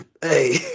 hey